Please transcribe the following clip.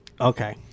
Okay